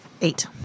eight